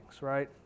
right